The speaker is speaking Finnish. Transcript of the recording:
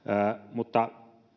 mutta